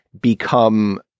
become